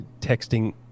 texting